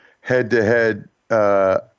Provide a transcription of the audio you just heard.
head-to-head